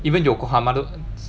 even Yokohama 都